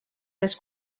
més